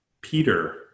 Peter